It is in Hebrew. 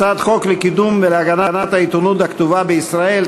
הצעת חוק לקידום ולהגנת העיתונות הכתובה בישראל,